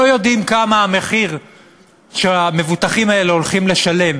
לא יודעים מה המחיר שהמבוטחים האלה הולכים לשלם